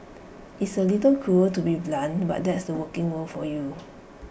it's A little cruel to be blunt but that's the working world for you